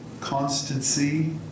constancy